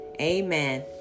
Amen